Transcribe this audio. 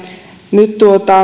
nyt